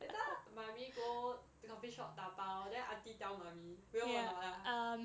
that time mummy go coffee shop 打包 then aunty tell mummy real or not ah